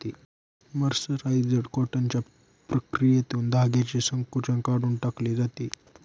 mercerised कॉटनच्या प्रक्रियेत धाग्याचे संकोचन काढून टाकले जाते